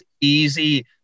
easy